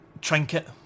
trinket